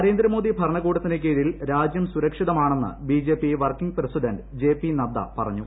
നരേന്ദ്രമോദി ഭരണകൂടത്തിന് കീഴിൽ രാജ്യം സുരക്ഷിതമാണെന്ന് BJP working president J P Nadda പറഞ്ഞു